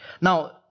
Now